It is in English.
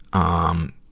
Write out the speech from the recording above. um,